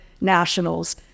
nationals